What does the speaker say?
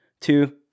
Two